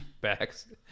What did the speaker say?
backs